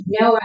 no